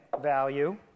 value